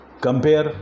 Compare